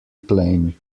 plain